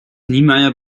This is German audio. niemeyer